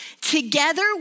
together